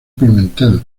pimentel